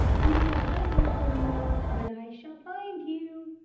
you are hiding somewhere, but i shall find you.